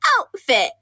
outfit